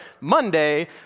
Monday